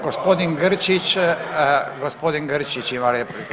Gospodin Grčić, gospodin Grčić ima repliku.